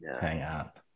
hangout